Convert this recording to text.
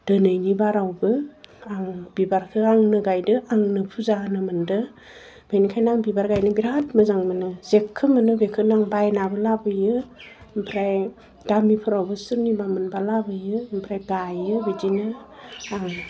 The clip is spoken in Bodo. दिनैनि बारावबो आं बिबारखौ आंनो गायदों आंनो फुजा होनो मोनदों बिनिखायनो आं बिबार गायनो बिराद मोजां मोनो जेखौ मोनो बेखौनो आं बायनाबो लाबोयो ओमफ्राय गामिफ्रावबो सोरनिबा मोनबा लाबोयो ओमफ्राय गाइयो बिदिनो आं